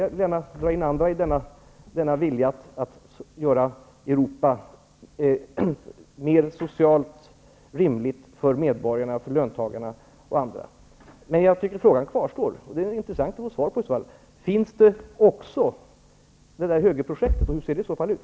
Jag kan gärna dra in andra i denna vilja att göra Europa mer socialt rimligt för medborgarna, löntagarna och andra. Jag tycker emellertid att frågan kvarstår, och det vore intressant att få svar på den. Finns också detta högerprojekt, och hur ser det i så fall ut?